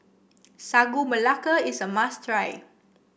Sagu Melaka is a must try